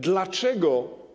Dlaczego?